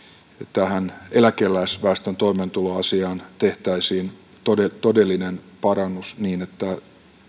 tähän eläkeläisväestön toimeentuloasiaan tehtäisiin todellinen parannus niin että